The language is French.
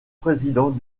président